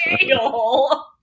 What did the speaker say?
jail